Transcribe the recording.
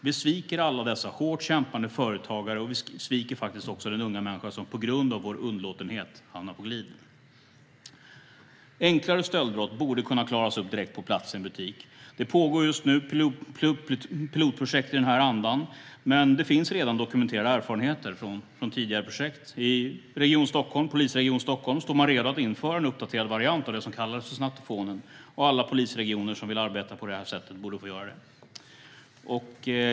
Vi sviker alla dessa hårt kämpande företagare, och vi sviker faktiskt också den unga människa som på grund av vår underlåtenhet hamnar på glid. Enklare stöldbrott borde kunna klaras upp direkt på plats i en butik. Det pågår just nu ett pilotprojekt i denna anda, men det finns redan dokumenterade erfarenheter från tidigare projekt. I Polisregion Stockholm står man redo att införa en uppdaterad variant av det som kallades snattofonen, och alla polisregioner som vill arbeta på det här sättet borde få göra det.